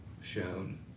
shown